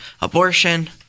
abortion